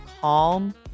calm